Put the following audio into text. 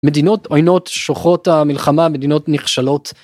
מדינות עוינות שוחות המלחמה מדינות נכשלות.